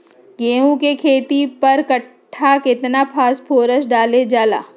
गेंहू के खेती में पर कट्ठा केतना फास्फोरस डाले जाला?